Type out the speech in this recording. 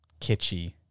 kitschy